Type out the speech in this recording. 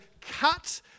cut